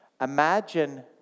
Imagine